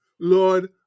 Lord